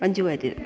Manju Warrier